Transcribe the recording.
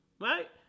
right